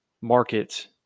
market